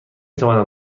توانم